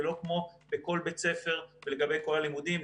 ולא כמו בכל בית ספר ולגבי כל הלימודים,